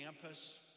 campus